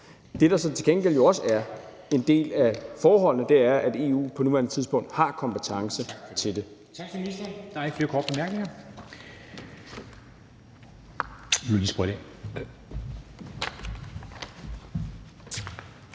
Det, der så til gengæld jo også er en del af forholdene, er, at EU på nuværende tidspunkt har kompetence til det.